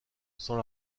sans